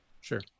sure